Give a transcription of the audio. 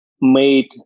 made